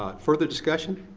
ah further discussion?